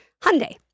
Hyundai